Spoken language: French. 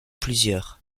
plusieurs